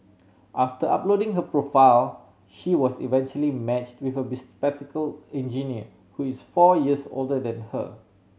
after uploading her profile she was eventually matched with a bespectacle engineer who is four years older than her